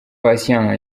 patient